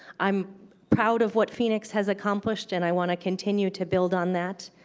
i'm proud of what phoenix has accomplished. and i want to continue to build on that.